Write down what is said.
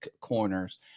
corners